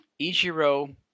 Ichiro